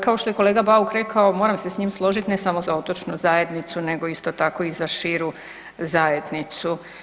Kao što je kolega Bauk rekao, moram se s njim složit, ne samo za otočnu zajednicu nego isto tako i za širu zajednicu.